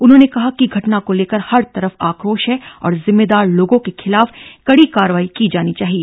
उन्होंने कहा कि घटना को लेकर हर तरफ आक्रोश है और जिम्मेदार लोगों के खिलाफ कड़ी कार्रवाई की जानी चाहिए